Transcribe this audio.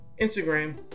Instagram